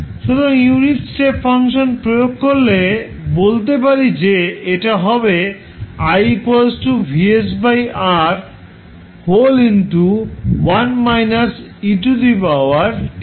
সুতরাং unit step function প্রয়োগ করলে বলতে পারি যে এটা হবে